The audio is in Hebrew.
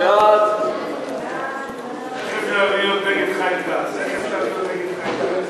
סעיפים 1 2 נתקבלו.